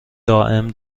دائم